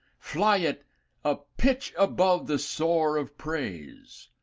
fly it a pitch above the soar of praise.